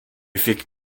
fick